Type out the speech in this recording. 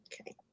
Okay